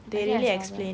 I think I saw that